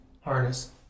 harness